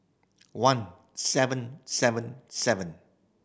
one seven seven seven